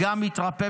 "גַּם מִתְרַפֶּה